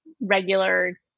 regular